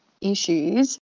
issues